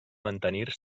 mantenir